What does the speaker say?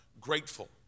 grateful